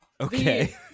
Okay